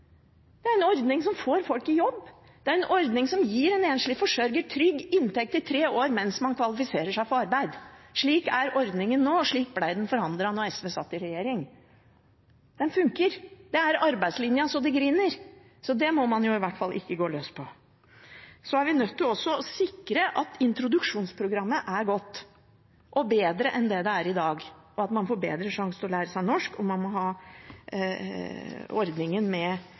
er en ordning som gir en enslig forsørger trygg inntekt i tre år mens man kvalifiserer seg for arbeid. Slik er ordningen nå, slik ble den forandret da SV satt i regjering. Den funker. Det er arbeidslinja så det griner. Så det må man i hvert fall ikke gå løs på. Så er vi også nødt til å sikre at introduksjonsprogrammet er godt, og bedre enn det er i dag, og at man får bedre sjanse til å lære seg norsk. Ordningen med Jobbsjansen må